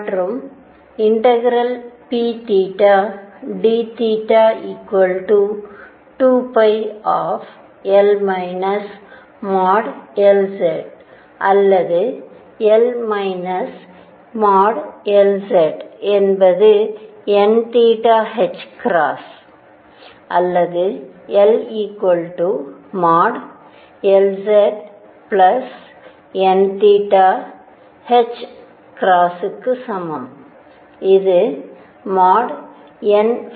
மற்றும் ∫pd 2πL Lz அல்லது L Lz என்பது n அல்லது L Lzn க்கு சமம் இது nn